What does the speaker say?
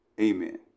Amen